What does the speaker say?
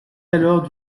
alors